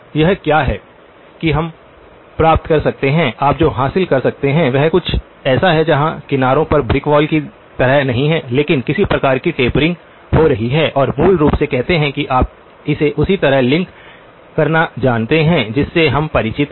तो यह क्या है कि हम प्राप्त कर सकते हैं आप जो हासिल कर सकते हैं वह कुछ ऐसा है जहां किनारों पर ब्रिक वॉल की तरह नहीं है लेकिन किसी प्रकार की टेपरिंग हो रही है और मूल रूप से कहते हैं कि आप इसे उसी तरह लिंक करना जानते हैं जिससे हम परिचित हैं